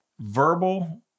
verbal